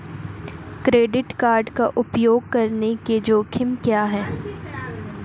Credit card का उपयोग करने के जोखिम क्या हैं?